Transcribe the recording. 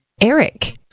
ERIC